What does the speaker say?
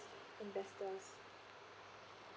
investors